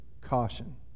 caution